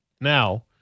Now